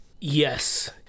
Yes